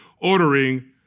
Ordering